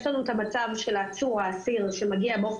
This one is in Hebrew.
יש לנו את המצב של העצור או האסיר שמגיע באופן